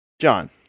John